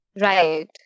Right